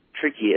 tricky